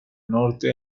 norte